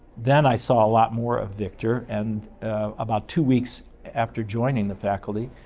then i saw a lot more of victor and about two weeks after joining the faculty,